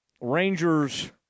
Rangers